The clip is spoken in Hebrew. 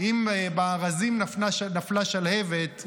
אם בארזים נפלה שלהבת,